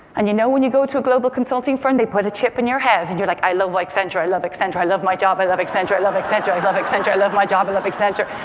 and you know, when you go to a global consulting firm, they put a chip in your head, and you're like, i love accenture. i love accenture. i love my job. i love accenture. i love accenture. i love accenture. i love my job. i love accenture.